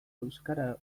euskara